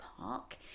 park